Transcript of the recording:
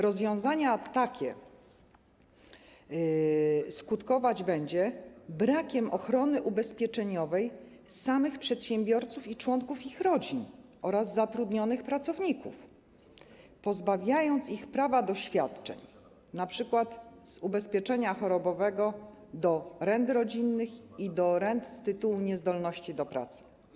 Rozwiązanie takie skutkować będzie brakiem ochrony ubezpieczeniowej samych przedsiębiorców i członków ich rodzin oraz zatrudnionych pracowników, pozbawiając ich prawa do świadczeń np. z ubezpieczenia chorobowego, do rent rodzinnych i do rent z tytułu niezdolności do pracy.